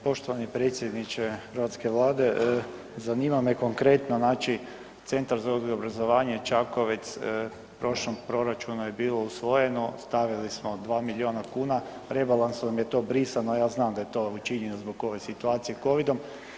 Poštovani predsjedniče hrvatske vlade, zanima me konkretno znači Centar za odgoj i obrazovanje Čakovec u prošlom proračunu je bilo usvojeno, stavili smo 2 milijuna kuna, rebalansom je to brisano, ja znam da je to učinjeno zbog ove situacije covidom.